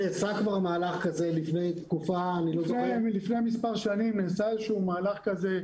נעשה כבר מהלך כזה לפני --- לפני מספר שנים נעשה מהלך כזה,